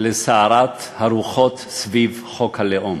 לסערת הרוחות סביב חוק הלאום.